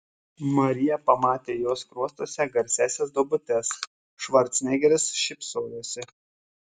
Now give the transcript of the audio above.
marija pamatė jo skruostuose garsiąsias duobutes švarcnegeris šypsojosi